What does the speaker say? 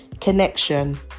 connection